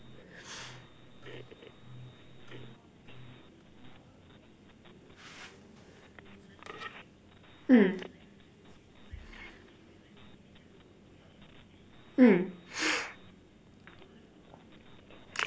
mm mm